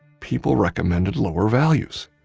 people recommended lower values